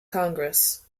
congress